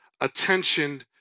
Attention